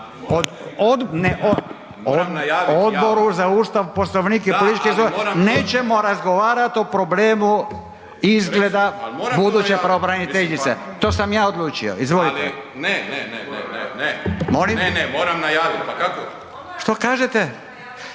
… Odboru za Ustav, Poslovnik i politički sustav. nećemo razgovarati o problemu izgleda buduće pravobraniteljice, to sam ja odlučio. Izvolite. … /Upadica se ne razumije./ … Molim? Što kažete?